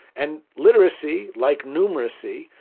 and literacy, like numeracy,